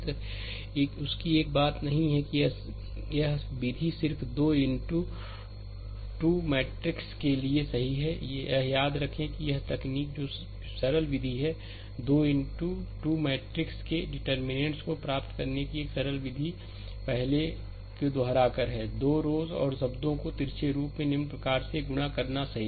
तो उसकी एक बात यह नहीं है कि यह विधि सिर्फ 2 इनटू 2 मैट्रिक्स के लिए सही है यह याद रखें कि यह वह तकनीक है जो सरल विधि है 2 इनटू 2 मैट्रिक्स के डिटर्मिननेंट्स को प्राप्त करने की एक सरल विधि पहले को दोहराकर है 2 रो और शब्दों को तिरछे रूप में निम्न प्रकार से गुणा करना सही